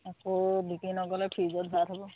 আকৌ বিক্ৰী নগ'লে ফ্ৰীজত ভৰাই থ'ব